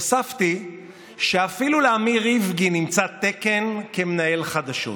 הוספתי שאפילו לאמיר איבגי נמצא תקן כמנהל חדשות,